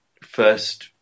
first